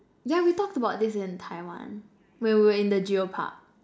yeah we talked about this in Taiwan when we were in the Geo-Park